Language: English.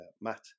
Matt